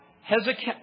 Hezekiah